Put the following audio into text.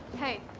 hey.